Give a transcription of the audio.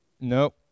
No